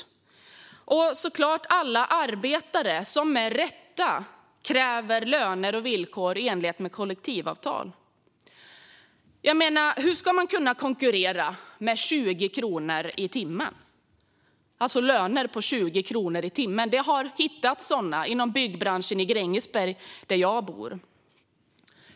Detsamma sker med alla arbetare som med rätta kräver löner och villkor i enlighet med kollektivavtal. Jag menar: Hur ska man kunna konkurrera med löner på 20 kronor i timmen? Det har hittats exempel på sådana löner inom byggbranschen i Grängesberg, där jag bor.